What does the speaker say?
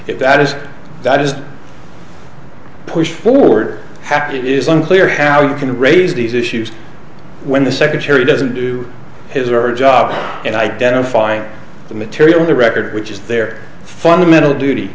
if that is just pushed forward have to it is unclear how you can raise these issues when the secretary doesn't do his or her job and identifying the material in the record which is their fundamental duty